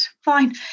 fine